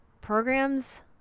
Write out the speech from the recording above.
programs